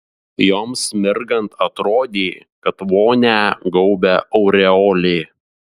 joms mirgant atrodė kad vonią gaubia aureolė